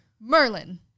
Merlin